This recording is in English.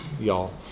y'all